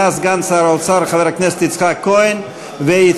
עלה סגן שר האוצר חבר הכנסת יצחק כהן והציג,